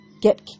get